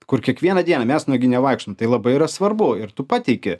kur kiekvieną dieną mes nugi nevaikštom tai labai yra svarbu ir tu pateiki